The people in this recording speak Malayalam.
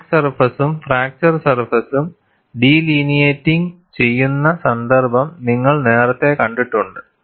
ക്രാക്ക് സർഫേസും ഫ്രാക്ചർ സർഫേസും ഡിലിനെയറ്റിംഗ് ചെയ്യുന്ന സന്ദർഭം നിങ്ങൾ നേരത്തെ കണ്ടിട്ടുണ്ട്